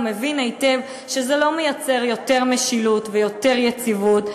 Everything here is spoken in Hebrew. הוא מבין היטב שזה לא מייצר יותר משילות ויותר יציבות.